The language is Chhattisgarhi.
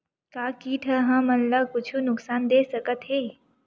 का कीट ह हमन ला कुछु नुकसान दे सकत हे?